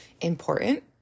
important